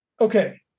Okay